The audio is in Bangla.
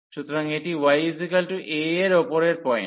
সুতরাং এটি y a এর উপরের পয়েন্ট